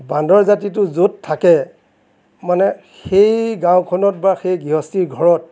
বান্দৰ জাতিটো য'ত থাকে মানে সেই গাঁওখনত বা সেই গৃহস্থীৰ ঘৰত